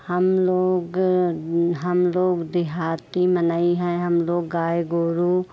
हम लोग हम लोग देहाती में नहीं हैं हम गाय गोरू